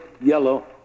yellow